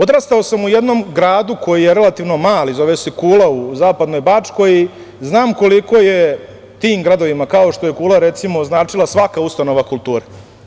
Odrastao sam u jednom gradu, koji je relativno mali zove se Kula u zapadnoj Bačkoj, znam koliko je tim gradovima kao što je Kula recimo značila svaka ustanova kulture.